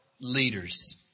leaders